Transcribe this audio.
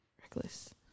reckless